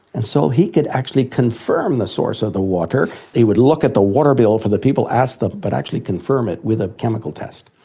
and so he could actually confirm the source of the water. he would look at the water bill for the people, ask them, but actually confirm it with a chemical test.